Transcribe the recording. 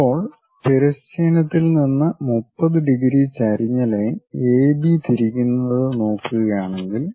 ഇപ്പോൾ തിരശ്ചീനത്തിൽ നിന്ന് 30 ഡിഗ്രി ചരിഞ്ഞ ലൈൻ എബി തിരിക്കുന്നത് നോക്കുകയാണെങ്കിൽ